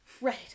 Right